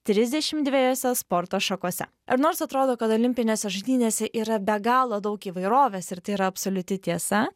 trisdešim dvejose sporto šakose ir nors atrodo kad olimpinėse žaidynėse yra be galo daug įvairovės ir tai yra absoliuti tiesa